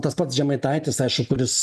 tas pats žemaitaitis aišku kuris